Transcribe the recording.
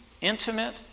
intimate